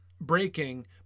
breaking